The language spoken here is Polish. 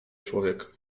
człowiek